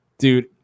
Dude